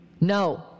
No